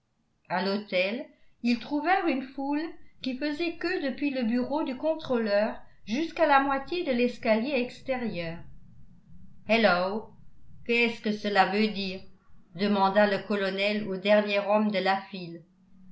a l'hôtel ils trouvèrent une foule qui faisait queue depuis le bureau du contrôleur jusqu'à la moitié de l'escalier extérieur hello qu'est-ce que cela veut dire demanda le colonel au dernier homme de la file